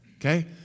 okay